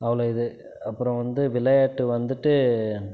அவ்வளோ இது அப்புறம் வந்து விளையாட்டு வந்துட்டு